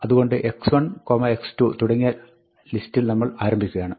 അതുകൊണ്ട് x1 x2 തുടങ്ങിയ ലിസ്റ്റിൽ നമ്മൾ ആരംഭിക്കുകയാണ്